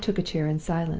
i took a chair in silence.